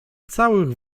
całych